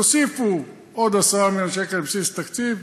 יוסיפו עוד 10 מיליון שקל לבסיס התקציב.